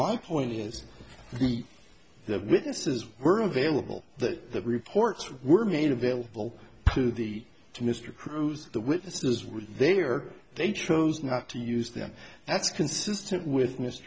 my point is that witnesses were available that the reports were made available to the to mr cruise the witnesses were there they chose now to use them that's consistent with m